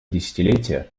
десятилетия